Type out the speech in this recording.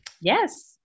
Yes